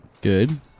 Good